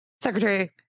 Secretary